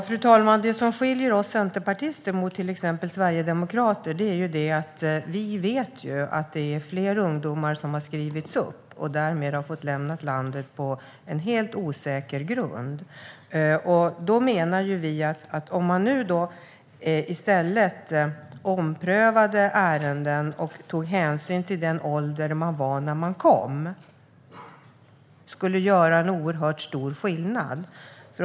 Fru talman! Det som skiljer oss centerpartister från till exempel sverigedemokrater är att vi vet att det är fler ungdomar vars ålder har justerats upp. Därmed har de fått lämna landet på helt osäker grund. Åldersbedömning tidigare i asyl-processen Vi menar att det skulle göra oerhört stor skillnad om man nu omprövade ärenden och tog hänsyn till den ålder de sökande hade när de kom.